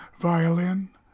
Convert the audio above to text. violin